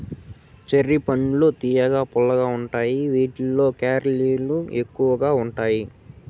cherry పండ్లు తియ్యగా, పుల్లగా ఉంటాయి వీటిలో కేలరీలు తక్కువగా ఉంటాయి